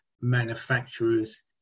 manufacturers